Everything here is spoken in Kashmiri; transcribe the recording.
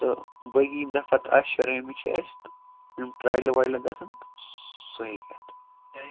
تہٕ باقٕے یِم نفر تہٕ آسہِ شرواہمہِ چھِ اَسہِ تہٕ یِم ٹرایلہٕ وایلہٕ گژھَن سُہ ہیٚکہِ یِتھ